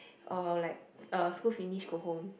or like uh school finish go home